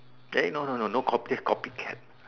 then no no no no no copy that's copycat